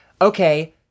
okay